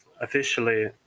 officially